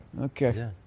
Okay